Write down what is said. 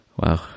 wow